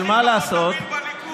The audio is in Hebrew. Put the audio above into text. אתה היית הכי פחות אמין בליכוד.